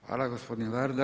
Hvala gospodin Varda.